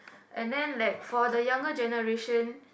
and then like for the younger generation